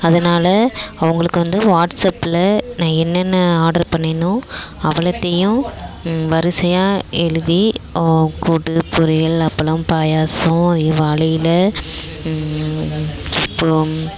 அதனால் அவங்களுக்கு வந்து வாட்ஸ்சப்பில் நான் என்னென்ன ஆடர் பண்ணிணனோ அவ்வளத்தையும் வரிசையா எழுதி கூட்டு பொரியல் அப்பளம் பாயாசம் வாழையிலை சிப்ஸ்ம்